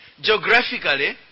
geographically